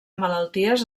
malalties